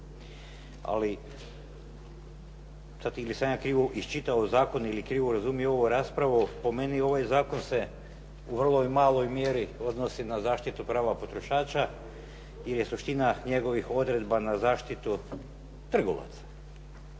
Ali sad ili sam ja krivo iščitao zakon ili krivo razumio ovu raspravu, po meni ovaj zakon se u vrlo maloj mjeri odnosi na zaštitu prava potrošača jer je suština njegovih odredba na zaštitu od trgovaca.